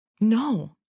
No